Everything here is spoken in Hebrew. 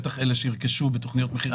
בטח אלה שירכשו בתוכניות מחיר מטרה.